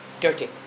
Dirty